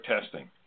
testing